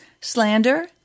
slander